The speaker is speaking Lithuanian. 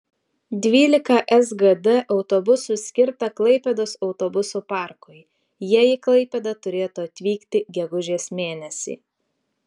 dvylika sgd autobusų skirta klaipėdos autobusų parkui jie į klaipėdą turėtų atvykti gegužės mėnesį